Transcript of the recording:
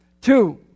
Two